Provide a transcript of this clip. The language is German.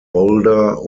boulder